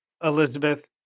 Elizabeth